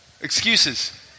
Excuses